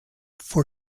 for